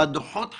והדוחות חייבים,